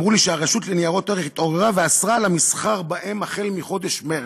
אמרו לי שהרשות לניירות ערך התעוררה ואסרה את המסחר בהן החל מחודש מרס,